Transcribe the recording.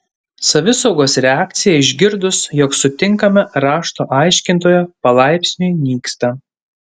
savisaugos reakcija išgirdus jog sutinkame rašto aiškintoją palaipsniui nyksta